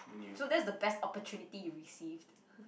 so that's the best opportunity you received